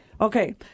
Okay